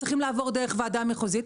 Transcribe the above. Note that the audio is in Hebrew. צריכים לעבור דרך ועדה מחוזית,